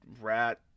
rat